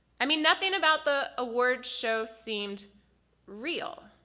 i mean nothing about the award show seemed real.